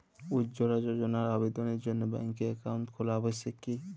উজ্জ্বলা যোজনার আবেদনের জন্য ব্যাঙ্কে অ্যাকাউন্ট খোলা আবশ্যক কি?